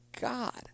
God